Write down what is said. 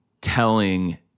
telling